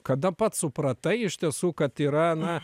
kada pats supratai iš tiesų kad yra na